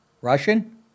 Russian